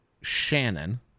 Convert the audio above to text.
Shannon